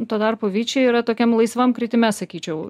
tuo tarpu vichi yra tokiam laisvam kritime sakyčiau